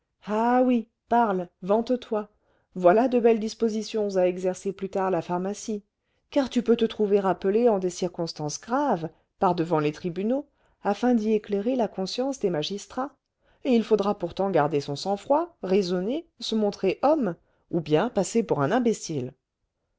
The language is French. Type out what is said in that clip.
ah oui parle vante toi voilà de belles dispositions à exercer plus tard la pharmacie car tu peux te trouver appelé en des circonstances graves par-devant les tribunaux afin d'y éclairer la conscience des magistrats et il faudra pourtant garder son sang-froid raisonner se montrer homme ou bien passer pour un imbécile